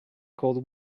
cold